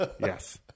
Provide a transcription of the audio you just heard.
Yes